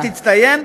אתה תצטיין,